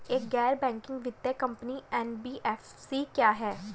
एक गैर बैंकिंग वित्तीय कंपनी एन.बी.एफ.सी क्या है?